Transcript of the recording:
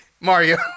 Mario